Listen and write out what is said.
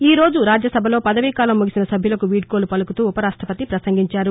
ఈరోజు రాజ్యసభలో పదవీకాలం ముగిసిన సభ్యులకు వీడ్కోలు పలుకుతూ ఉపరాష్టపతి ప్రసంగించారు